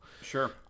Sure